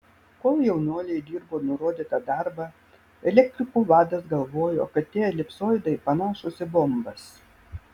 kol jaunuoliai dirbo nurodytą darbą elektrikų vadas galvojo kad tie elipsoidai panašūs į bombas